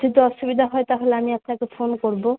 যদি অসুবিধা হয় তাহলে আমি আপনাকে ফোন করবো